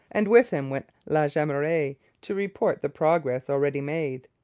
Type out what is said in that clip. and with him went la jemeraye, to report the progress already made.